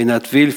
עינת וילף,